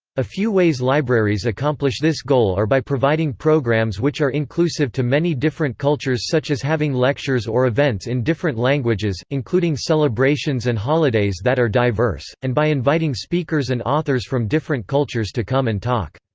a few ways libraries accomplish this goal are by providing programs programs which are inclusive to many different cultures such as having lectures or events in different languages, including celebrations and holidays that are diverse, and by inviting speakers and authors from different cultures to come and talk.